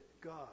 God